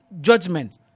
judgment